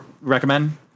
recommend